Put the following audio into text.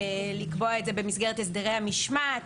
לקבוע את זה בהסדרי המשמעת.